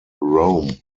rome